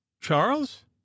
charles